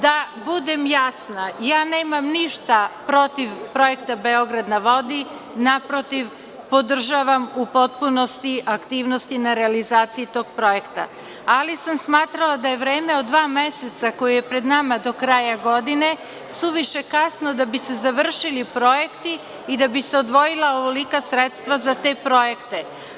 Da budem jasna, ja nemam ništa protiv projekta „Beograd na vodi“, naprotiv, podržavam u potpunosti aktivnosti na realizaciji tog projekta, ali sam smatrala da je vreme od dva meseca koje je pred nama do kraja godine suviše kasno da bi se završili projekti i da bi se odvojila ovolika sredstva za te projekte.